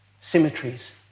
symmetries